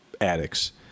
addicts